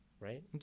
Right